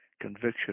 conviction